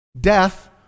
death